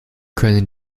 können